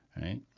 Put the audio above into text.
Right